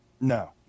no